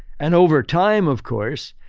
and over time, of course,